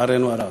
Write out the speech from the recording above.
לצערנו הרב.